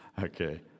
okay